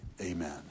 Amen